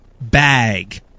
bag